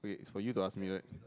okay it's for you to ask me right